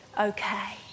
Okay